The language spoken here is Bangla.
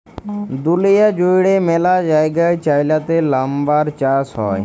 দুঁলিয়া জুইড়ে ম্যালা জায়গায় চাইলাতে লাম্বার চাষ হ্যয়